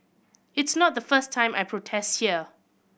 it's not the first time I protest here